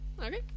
Okay